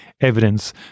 evidence